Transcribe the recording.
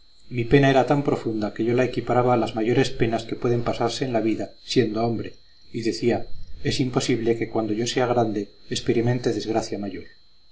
mi pena era tan profunda que yo la equiparaba a las mayores penas que pueden pasarse en la vida siendo hombre y decía es imposible que cuando yo sea grande experimente desgracia mayor